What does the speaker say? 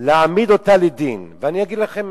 להעמיד אותה לדין, ואני אגיד לכם